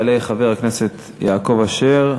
יעלה חבר הכנסת יעקב אשר,